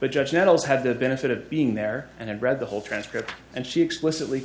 but judge nettles had the benefit of being there and read the whole transcript and she explicitly